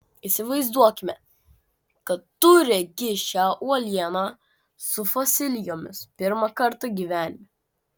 įsivaizduokime kad tu regi šią uolieną su fosilijomis pirmą kartą gyvenime